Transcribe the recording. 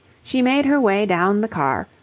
she made her way down the car,